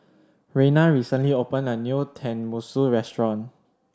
Reina recently opened a new Tenmusu Restaurant